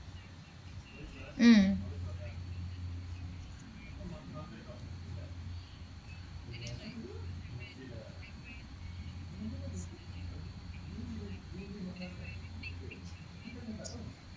mm